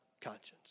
conscience